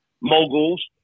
moguls